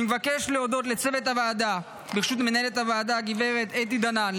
אני מבקש להודות לצוות הוועדה בראשות מנהלת הוועדה הגב' אתי דנן,